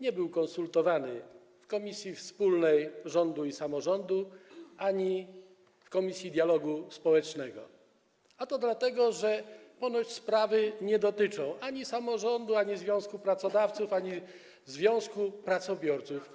nie był konsultowany w Komisji Wspólnej Rządu i Samorządu Terytorialnego ani w komisji dialogu społecznego, a to dlatego, że ponoć sprawy nie dotyczą ani samorządu, ani związku pracodawców, ani związku pracobiorców.